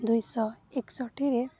ଦୁଇଶହ ଏକଷଠିରେ